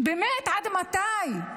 באמת עד מתי?